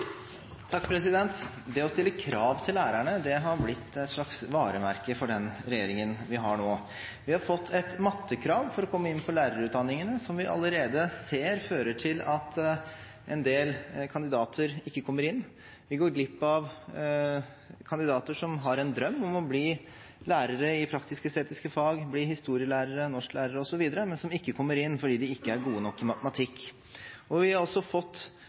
Det å stille krav til lærerne har blitt et slags varemerke for den regjeringen vi har nå. Vi har fått et mattekrav for å komme inn på lærerutdanningene som vi allerede ser fører til at en del kandidater ikke kommer inn. Vi går glipp av kandidater som har en drøm om å bli lærere i praktisk-estetiske fag, bli historielærere, norsklærere osv., men som ikke kommer inn fordi de ikke er gode nok i matematikk. Vi har også fått